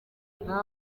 nta